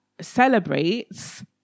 celebrates